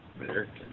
American